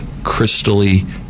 crystally